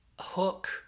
Hook